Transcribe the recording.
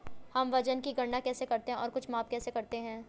हम वजन की गणना कैसे करते हैं और कुछ माप कैसे करते हैं?